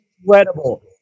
incredible